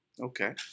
Okay